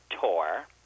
tour